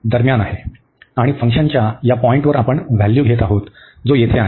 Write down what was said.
आणि फंक्शनच्या या पॉईंटवर आपण व्हॅल्यू घेत आहोत जो येथे आहे